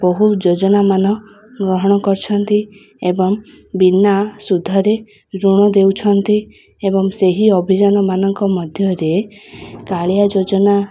ବହୁ ଯୋଜନାମାନ ଗ୍ରହଣ କରିଛନ୍ତି ଏବଂ ବିନା ସୁଧରେ ଋଣ ଦେଉଛନ୍ତି ଏବଂ ସେହି ଅଭିଯାନମାନଙ୍କ ମଧ୍ୟରେ କାଳିଆ ଯୋଜନା